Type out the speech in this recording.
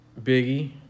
Biggie